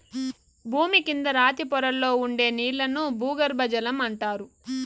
భూమి కింద రాతి పొరల్లో ఉండే నీళ్ళను భూగర్బజలం అంటారు